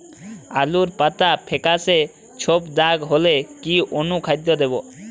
আলুর পাতা ফেকাসে ছোপদাগ হলে কি অনুখাদ্য দেবো?